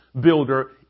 builder